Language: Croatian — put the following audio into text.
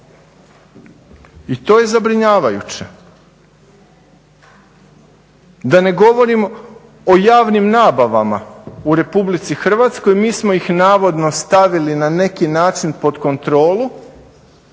I to je zabrinjavajuće. Da ne govorim o javnim nabavama, u Republici Hrvatskoj mi smo ih navodno stavili na neki način pod kontrolu,